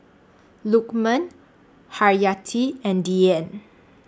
Lukman Haryati and Dian